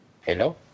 hello